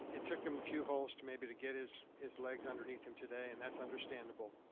it took him a few holes to maybe to get is his legs underneath him today. and that's understandable.